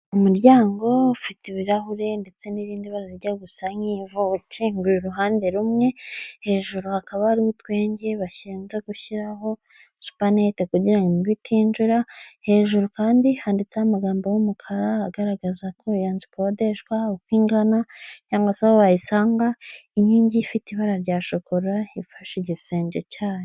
Umuryango ufite ibirahure ndetse n'irindi bara rijya gusa nkivu, ukinguye uruhande rumwe, hejuru hakaba ariho utwenge barinda gushyiraho supaneti kugirango imibu itinjira, hejuru kandi handitseho amagambo y'umukara agaragaza ko iyo nzu ikodeshwa, uko ingana, cyangwa se aho wayisanga, inkingi ifite ibara rya shokora ifashe igisenge cyayo.